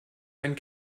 einen